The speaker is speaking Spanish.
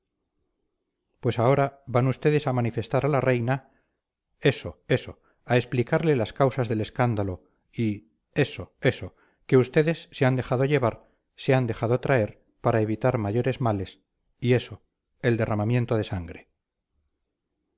pues ahora van ustedes a manifestar a la reina eso eso a explicarle las causas del escándalo y eso eso que ustedes se han dejado llevar se han dejado traer para evitar mayores males y eso el derramamiento de sangre